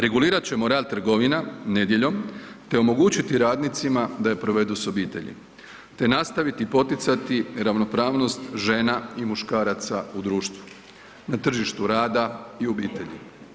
Regulirat ćemo rad trgovina nedjeljom te omogućiti radnicima da je provedu s obitelji te nastaviti poticati ravnopravnost žena i muškaraca u društvu, na tržištu rada i u obitelji.